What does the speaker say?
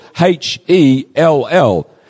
H-E-L-L